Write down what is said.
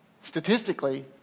statistically